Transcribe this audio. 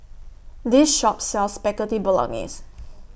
This Shop sells Spaghetti Bolognese